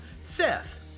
Seth